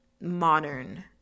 modern